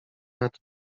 nad